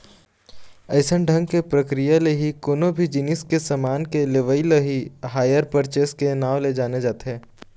अइसन ढंग के प्रक्रिया ले ही कोनो भी जिनिस के समान के लेवई ल ही हायर परचेस के नांव ले जाने जाथे